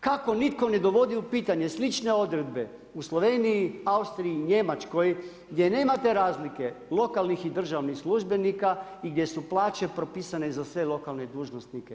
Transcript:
Kako nitko ne dovodi u pitanje slične odredbe u Sloveniji, Austriji i Njemačkoj gdje nemate razlike lokalnih i državnih službenika i gdje su plaće propisane za sve lokalne dužnosnike.